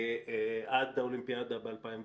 עד האולימפיאדה ב-2004,